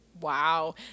wow